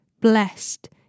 Blessed